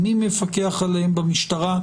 מי מפקח עליהם במשטרה,